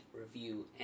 review